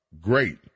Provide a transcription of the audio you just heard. great